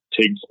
tig